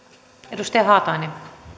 arvoisa